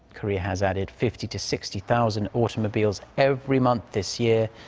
korea has added fifty to sixty thousand automobiles every month this year.